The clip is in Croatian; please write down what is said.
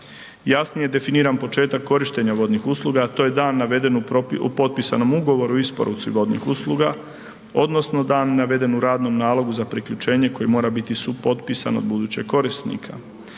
Jasnije definiran početak korištenja vodnih usluga a to je da navedenu u potpisanom ugovoru u isporuci vodnih usluga, odnosno da navedenu u radnom nalogu za priključenje koji mora biti supotpisan od budućeg korisnika.